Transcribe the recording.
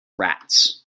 rats